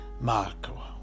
Marco